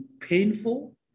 painful